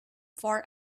for